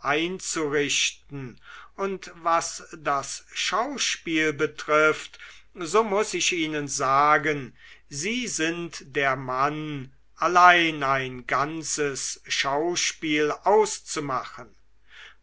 einzurichten und was das schauspiel betrifft so muß ich ihnen sagen sie sind der mann allein ein ganzes schauspiel auszumachen